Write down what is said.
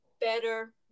better